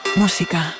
música